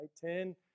Ten